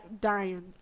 dying